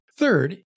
Third